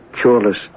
Cureless